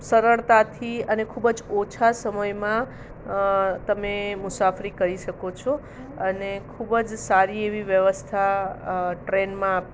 સરળતાથી અને ખૂબ જ ઓછા સમયમાં તમે મુસાફરી કરી શકો છો અને ખૂબ જ સારી એવી વ્યવસ્થા ટ્રેનમાં